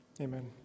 Amen